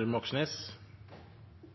vi